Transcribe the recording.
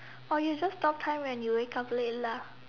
or you just stop time when you wake up late lah